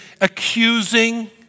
accusing